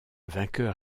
vainqueur